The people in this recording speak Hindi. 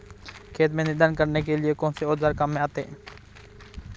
खेत में निनाण करने के लिए कौनसा औज़ार काम में आता है?